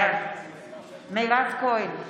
בעד מירב כהן,